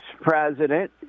president